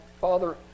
Father